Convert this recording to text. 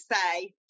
say